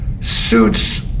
suits